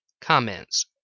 Comments